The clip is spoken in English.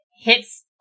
hits